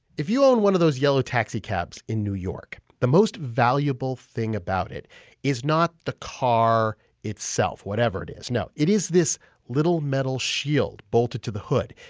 if you own one of those yellow taxicabs in new york, the most valuable thing about it is not the car itself, whatever it is. no, it is this little metal shield bolted to the hood.